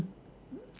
mm